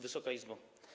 Wysoka Izbo!